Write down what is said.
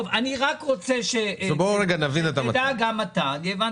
לא הסכמתי לזה גם כשהייתי